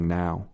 now